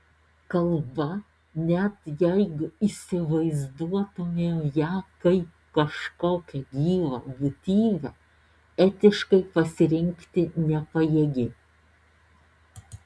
kalba net jeigu įsivaizduotumėm ją kaip kažkokią gyvą būtybę etiškai pasirinkti nepajėgi